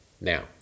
now